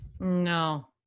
No